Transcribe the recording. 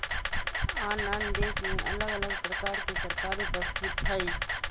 आन आन देशमें अलग अलग प्रकार के सरकार उपस्थित हइ